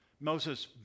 Moses